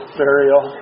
burial